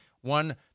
one